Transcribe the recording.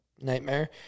nightmare